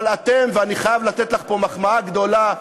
אני חייב לתת לך מחמאה גדולה: